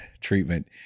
treatment